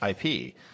ip